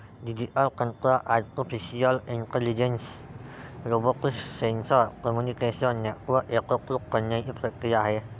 digital तंत्र artificial intelligence, robotics, sensor, communication network एकत्रित करण्याची प्रक्रिया आहे